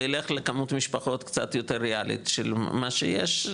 ואלך לכמות משפחות קצת יותר ריאלית של מה שיש,